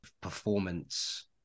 performance